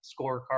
scorecard